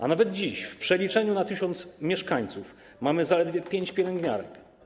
A nawet dziś w przeliczeniu na 1 tys. mieszkańców mamy zaledwie 5 pielęgniarek.